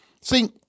See